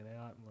out